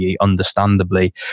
understandably